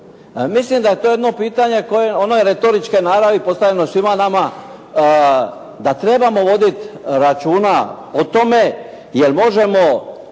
Mislim da je to jedno pitanje koje, ono je retoričke naravi postavljeno svima nama da trebamo voditi računa o tome jer možemo